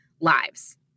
lives